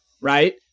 right